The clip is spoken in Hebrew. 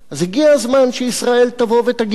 אז הגיע הזמן שישראל תבוא ותגיד: